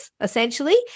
essentially